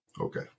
okay